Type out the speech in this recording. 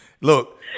Look